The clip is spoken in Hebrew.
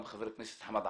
מאז נחקק חוק צד"ל,